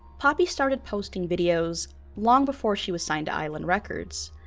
poppy started posting videos long before she was signed to island records.